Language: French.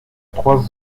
trois